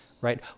right